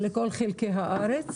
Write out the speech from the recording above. לכל חלקי הארץ.